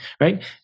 Right